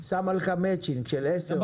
שמה לך מצ'ינג של עשר,